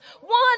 one